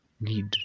need